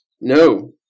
No